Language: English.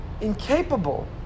incapable